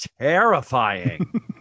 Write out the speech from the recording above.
terrifying